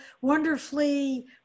wonderfully